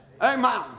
Amen